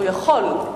הוא יכול,